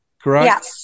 correct